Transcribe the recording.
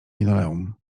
linoleum